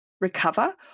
recover